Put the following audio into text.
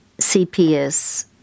CPS